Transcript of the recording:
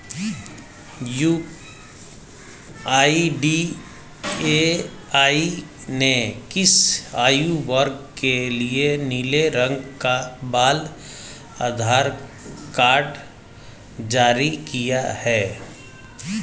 UIDAI ने किस आयु वर्ग के लिए नीले रंग का बाल आधार कार्ड जारी किया है?